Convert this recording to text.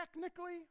Technically